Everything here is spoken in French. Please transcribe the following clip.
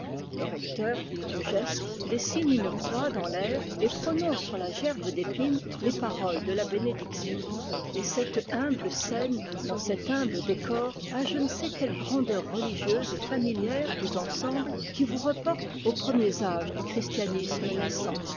le recteur du geste dessine une croix dans l'air et prononce sur la gerbe d'épines les paroles de la bénédiction et cette humble scène dans cet humble décor a je ne sais quelle grandeur religieuse et familière tout ensemble qui vous reporte aux premiers âges du christianisme naissant